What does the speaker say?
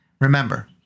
Remember